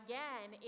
Again